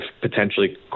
potentially